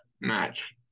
match